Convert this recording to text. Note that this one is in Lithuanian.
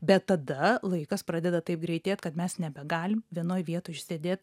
bet tada laikas pradeda taip greitėt kad mes nebegalim vienoj vietoj išsėdėt